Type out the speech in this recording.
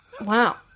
Wow